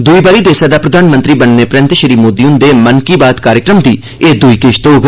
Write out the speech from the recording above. दुई बारी देसै दा प्रधानमंत्री बनने परैन्त श्री मोदी हुंदे मन की बात कार्यक्रम दी एह दुई किश्त होग